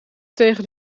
tegen